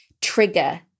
trigger